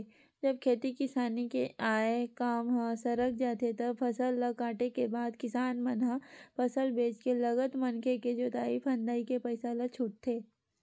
जब खेती किसानी के आय काम ह सरक जाथे तब फसल ल काटे के बाद किसान मन ह फसल बेंच के लगत मनके के जोंतई फंदई के पइसा ल छूटथे